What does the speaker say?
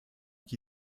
qui